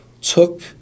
took